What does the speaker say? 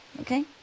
Okay